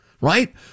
right